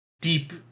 deep